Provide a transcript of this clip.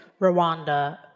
Rwanda